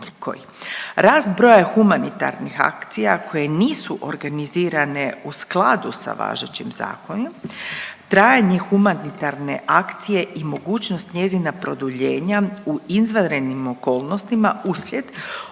Rast broja humanitarnih akcija koje nisu organizirane u skladu sa važećim zakonom trajanje humanitarne akcije i mogućnost njezina produljenja u izvanrednim okolnostima uslijed